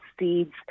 seeds